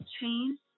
Change